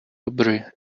robbery